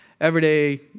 everyday